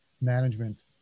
management